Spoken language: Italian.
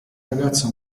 ragazza